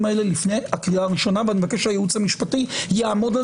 האלה לפני הקריאה הראשונה ואני מבקש שהייעוץ המשפטי יעמוד על